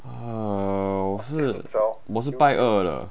oh 我是我是拜二的